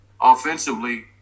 offensively